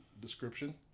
description